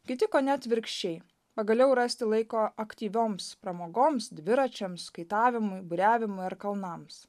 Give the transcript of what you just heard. kiti kone atvirkščiai pagaliau rasti laiko aktyvioms pramogoms dviračiams kaitavimui buriavimui ar kalnams